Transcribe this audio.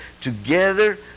together